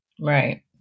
Right